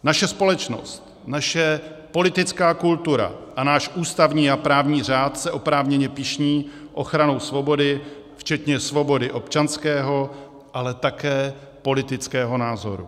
Naše společnost, naše politická kultura a náš ústavní a právní řád se oprávněně pyšní ochranou svobody, včetně svobody občanského, ale také politického názoru.